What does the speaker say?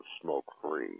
smoke-free